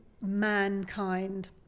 mankind